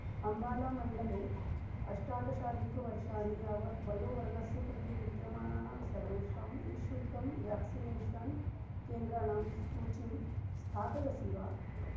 अम्बालामण्डले अष्टादशाधिकवर्षाणि यावत् वयोवर्गस्य कृते विद्यमानानां सर्वेषां निःशुल्कं व्याक्सिनेषन् केन्द्राणां सूचीं स्थापयसि वा